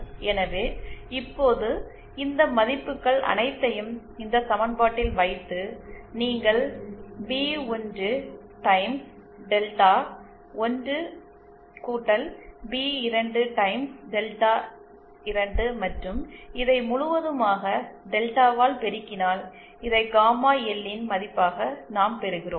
எனவே இப்போது இந்த மதிப்புகள் அனைத்தையும் இந்த சமன்பாட்டில் வைத்து நீங்கள் P 1 times delta 1 P 2 times delta 2 மற்றும் இதை முழுவதுமாக டெல்டாவால் பெருக்கினால் இதை காமா எல் ன் மதிப்பாக நாம் பெறுகிறோம்